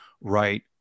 right